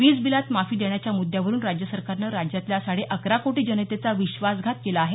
वीजबिलात माफी देण्याच्या मुद्द्यावरून राज्य सरकारने राज्यातील साडे अकरा कोटी जनतेचा विश्वासघात केला आहे